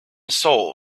soul